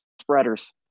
spreaders